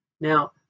Now